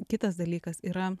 kitas dalykas yra